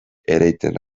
ereiten